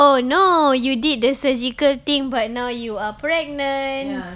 oh no you did the surgical thing but now you are pregnant